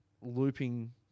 looping